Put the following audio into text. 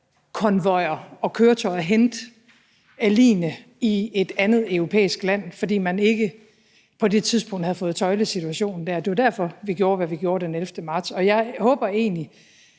militærkøretøjer hente ligene i et andet europæisk land, fordi man ikke på det tidspunkt havde fået tøjlet situationen dér. Det var derfor, vi gjorde, hvad vi gjorde den 11. marts. Jeg håber egentlig,